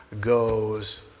goes